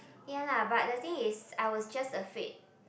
ya lah but the thing is I was just afraid